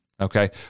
Okay